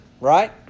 right